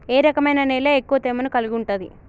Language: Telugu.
ఏ రకమైన నేల ఎక్కువ తేమను కలిగుంటది?